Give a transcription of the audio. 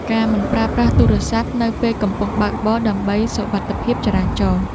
ការមិនប្រើប្រាស់ទូរស័ព្ទនៅពេលកំពុងបើកបរ ដើម្បីសុវត្ថិភាពចរាចរណ៍។